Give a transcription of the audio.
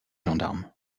gendarmes